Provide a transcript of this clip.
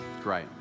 Great